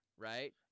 right